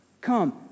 Come